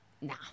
Nah